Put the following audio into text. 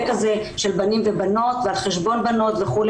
כזה של בנים ובנות ועל חשבון בנות וכו',